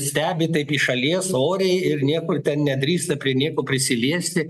stebi taip į šalies oriai ir niekur nedrįsta prie nieko prisiliesti